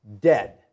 dead